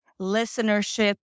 listenership